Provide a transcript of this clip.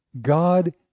god